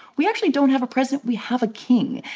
we actually don't have a president we have a king.